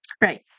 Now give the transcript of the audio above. Right